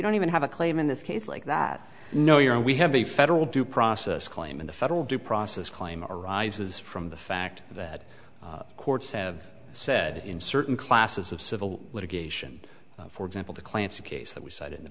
don't even have a claim in this case like that no you know we have a federal due process claim in the federal due process claim arises from the fact that courts have said in certain classes of civil litigation for example the clancy case that we cite in the